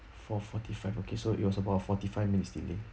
four forty five okay so it was about forty five minutes delay